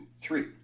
three